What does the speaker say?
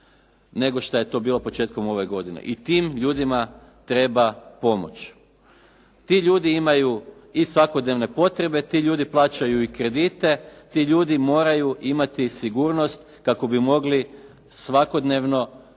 nego što je to bilo početkom ove godine. I tim ljudima treba pomoć. Ti ljudi imaju i svakodnevne potrebe, ti ljudi plaćaju i kredite, ti ljudi moraju imati sigurnost kako bi mogli svakodnevno